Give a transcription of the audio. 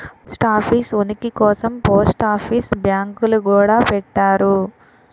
post office ఉనికి కోసం post office బ్యాంకులు గూడా పెట్టారు